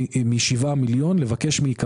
א', המכירות האלה יהיו מכירות רק